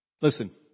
Listen